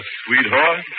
sweetheart